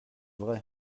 vrai